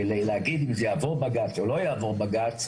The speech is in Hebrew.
ולהגיד אם זה יעבור בג"צ או לא יעבור בג"צ.